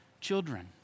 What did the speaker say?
children